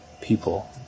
people